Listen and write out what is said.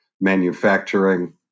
manufacturing